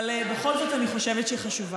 אבל בכל זאת אני חושבת שהיא חשובה.